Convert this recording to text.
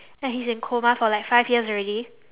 and he's in coma for like five years already